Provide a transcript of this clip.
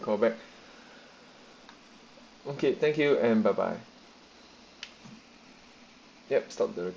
call back okay thank you mm bye bye yup stop there